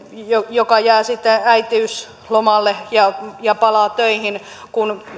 joka jää sitten äitiyslomalle ja ja palaa töihin